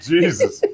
Jesus